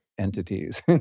entities